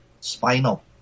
Spinal